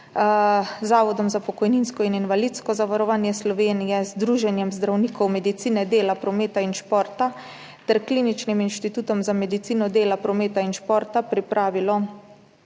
Zavodom za pokojninsko in invalidsko zavarovanje Slovenije, Združenjem za medicino dela, prometa in športa ter Kliničnim inštitutom za medicino dela, prometa in športa pripravilo